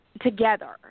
together